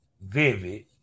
Vivid